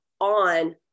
on